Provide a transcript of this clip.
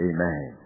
Amen